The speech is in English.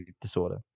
disorder